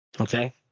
Okay